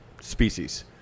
species